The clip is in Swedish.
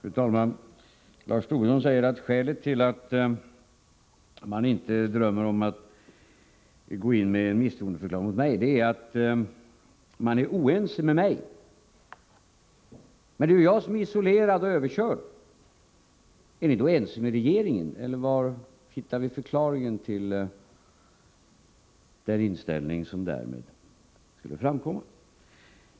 Fru talman! Lars Tobisson säger att skälet till att man inte drömmer om att gå in med en misstroendeförklaring mot mig är att man är oense med mig. Men det är ju jag som är isolerad och överkörd! Är ni då ense med regeringen, eller var hittar man förklaringen till den inställning som därmed skulle framkomma?